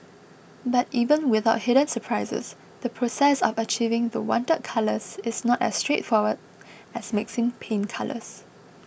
but even without hidden surprises the process of achieving the wanted colours is not as straightforward as mixing paint colours